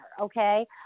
okay